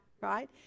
right